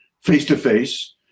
face-to-face